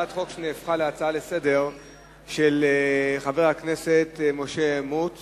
הצעת חוק שהפכה להצעה לסדר-היום של חבר הכנסת משה מוץ